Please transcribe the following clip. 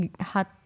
hot